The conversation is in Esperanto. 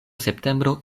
septembro